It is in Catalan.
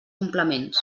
complements